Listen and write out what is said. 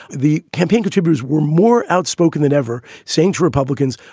the campaign contributors were more outspoken than ever, saying to republicans,